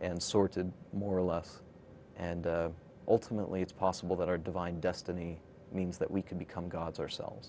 and sorted more or less and ultimately it's possible that our divine destiny means that we can become gods ourselves